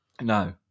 No